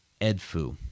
Edfu